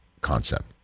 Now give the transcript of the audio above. concept